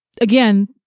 Again